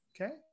okay